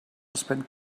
spend